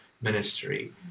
ministry